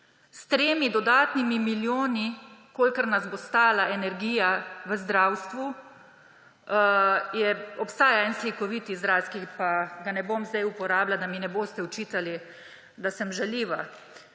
s tremi dodatnimi milijoni, kolikor nas bo stala energija v zdravstvu, obstaja en slikovit izraz, ki pa ga ne bom zdaj uporabila, da mi ne boste očitali, da sem žaljiva.